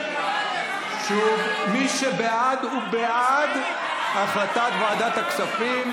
מי שבעד, הוא בעד החלטת ועדת הכספים.